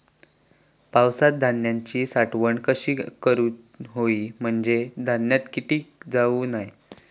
पावसात धान्यांची साठवण कशी करूक होई म्हंजे धान्यात कीटक जाउचे नाय?